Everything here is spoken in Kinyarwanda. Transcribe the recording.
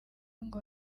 ngo